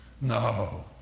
No